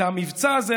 את המבצע הזה,